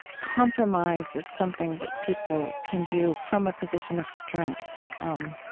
compromise is something that people can do from a position of strength. um